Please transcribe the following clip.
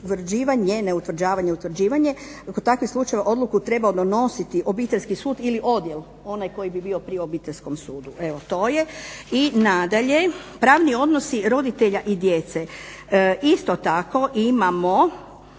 pitala bih se dal bit o utvrđivanje kod takvih slučajeva odluku trebao donositi obiteljski sud ili odjel onaj koji bi bio pri obiteljskom sudu. I nadalje, pravni odnosi roditelja i djece. Isto tako imamo